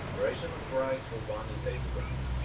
a ration of rice for one is eighty grs,